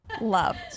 love